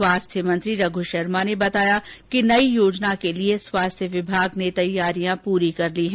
स्वास्थ्य मंत्री रघ् शर्मा ने बताया कि नई योजना के लिये स्वास्थ्य विभाग ने तैयारियां पूरी कर ली हैं